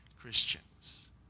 Christians